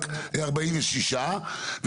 13:18) לפני רבע שעה התקיים דיון בוועדת העלייה והקליטה,